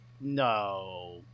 No